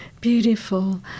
Beautiful